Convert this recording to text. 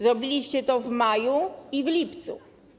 Zrobiliście to w maju i w lipcu.